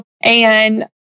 and-